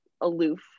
aloof